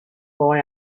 boy